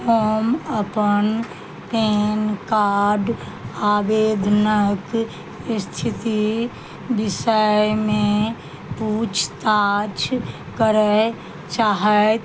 हम अपन PAN card आवेदनक स्थिति विषयमे पूछताछ करय चाहैत